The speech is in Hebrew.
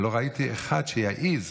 לא ראיתי אחד שיעז,